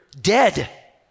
dead